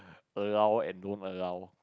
allow and don't allow